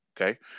Okay